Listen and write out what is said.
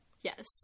Yes